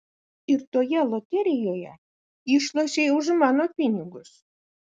ir toje loterijoje išlošei už mano pinigus